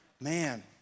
man